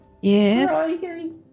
Yes